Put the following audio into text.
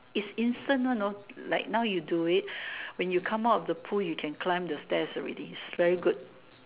it's instant one know like now you do it when you come out of the pool you can climb the stairs already it's very good